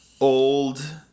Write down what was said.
old